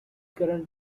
current